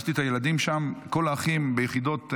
פגשתי שם את הילדים וכל האחים ביחידות,